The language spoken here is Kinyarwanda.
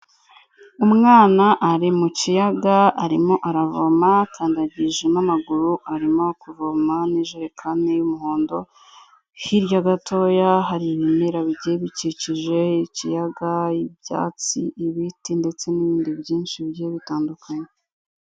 Umwana ari mu kiyaga arimo aravoma, akandagijemo amaguru arimo kuvoma n'ijerekani y'umuhondo, hirya gatoya hari ibimera bikikije ikiyaga, ibyatsi, ibiti, ndetse n'ibindi byinshi bigiye bitandukanye.